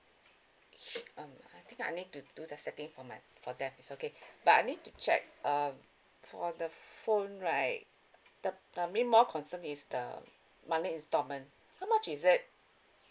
um I think I need to do the setting for my for them is okay but I need to check um for the phone right the I mean more concern is the monthly instalment how much is it